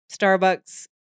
Starbucks